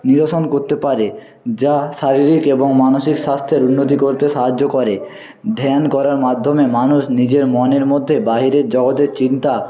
নিরসন করতে পারে যা শারীরিক এবং মানসিক স্বাস্থ্যের উন্নতি করতে সাহায্য করে ধ্যান করার মাধ্যমে মানুষ নিজের মনের মধ্যে বাহিরের জগতের চিন্তা